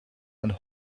and